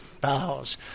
bows